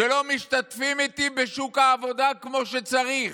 שלא משתתפים איתי בשוק העבודה כמו שצריך,